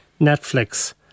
Netflix